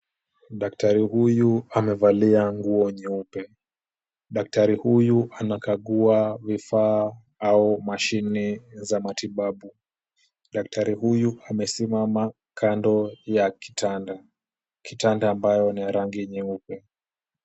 Daktari huyu amevalia nguo nyeupe. Daktari huyu anakagua vifaa au mashine za matibabu. Daktari huyu amesimama kando ya kitanda, kitanda ambayo ni ya rangi ya nyeupe.